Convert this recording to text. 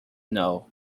know